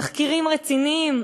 תחקירים רציניים,